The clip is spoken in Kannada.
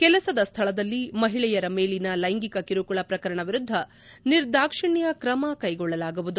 ಕೆಲಸದ ಸ್ಥಳದಲ್ಲಿ ಮಹಿಳೆಯರ ಮೇಲಿನ ಲೈಂಗಿಕ ಕಿರುಕುಳ ಪ್ರಕರಣ ವಿರುದ್ಧ ನಿರ್ದಾಕ್ಷ್ಣ್ಯ ಕ್ರಮ ಕೈಗೊಳ್ಳಲಾಗುವುದು